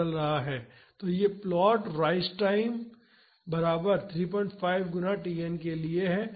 तो यह plot rise time बराबर 35 गुना Tn के लिए है